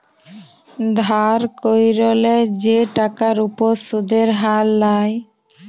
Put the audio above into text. ধার ক্যইরলে যে টাকার উপর সুদের হার লায়